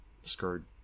screwed